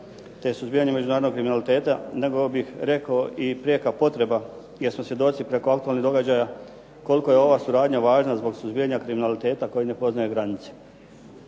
te suzbijanje međunarodnog kriminaliteta nego bih rekao i prijeka potreba jer smo svjedoci aktualnih događaja koliko je ova suradnja važna zbog suzbijanja kriminaliteta koji ne poznaje granice.